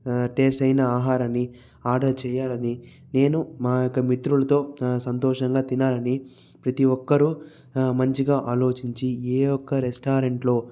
taste అయిన ఆహారాన్ని order చేయాలని నేను మా యొక్క మిత్రులతో సంతోషంగా తినాలని ప్రతి ఒక్కరూ మంచిగా ఆలోచించి ఏ ఒక్క రెస్టారెంట్లో